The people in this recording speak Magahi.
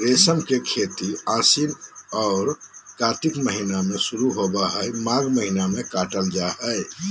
रेशम के खेती आशिन औरो कार्तिक महीना में शुरू होबे हइ, माघ महीना में काटल जा हइ